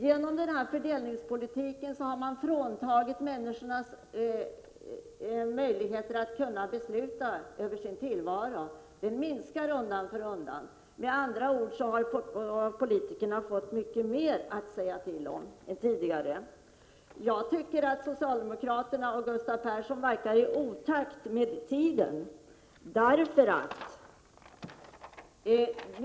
Genom den här fördelningspolitiken har människorna fråntagits möjligheterna att besluta över sin tillvaro. De minskar undan för undan. Med andra ord har politikerna fått mycket mer att säga till om än tidigare. Jag tycker att socialdemokraterna och Gustav Persson verkar vara i otakt med tiden.